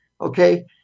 Okay